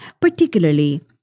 particularly